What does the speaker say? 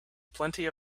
plenty